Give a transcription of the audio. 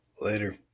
Later